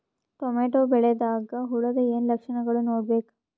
Tomato ಬೆಳಿದಾಗ್ ಹುಳದ ಏನ್ ಲಕ್ಷಣಗಳು ನೋಡ್ಬೇಕು?